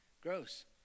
Gross